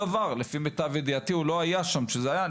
לפי מיטב ידיעתי הוא לא היה שם כשזה קרה.